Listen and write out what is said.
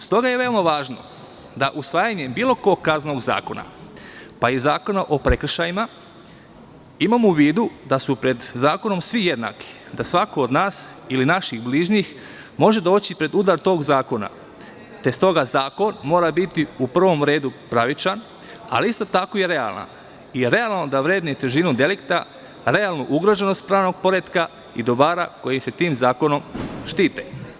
Stoga je veoma važno da usvajanjem bilo kog kaznenog zakona, pa i zakona o prekršajima, imamo u vidu da su pred zakonom svi jednaki, da svako od nas ili naših bližnjih može doći pred udar tog zakona, te stoga zakon mora biti u prvom redu pravičan, ali isto tako i realan i realno da vrednuje težinu delikta, realnu ugroženost pravnog poretka i dobara koja se tim zakonom štite.